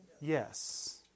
Yes